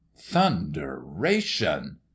thunderation